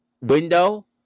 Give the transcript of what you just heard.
window